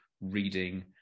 reading